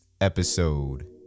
episode